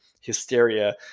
hysteria